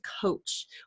coach